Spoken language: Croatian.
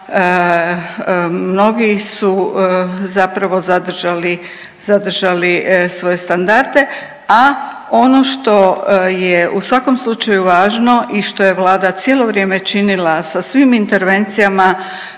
mnogi su zapravo zadržali, zadržali svoje standarde. A ono što je u svakom slučaju važno i što je Vlada cijelo vrijeme činila sa svim intervencijama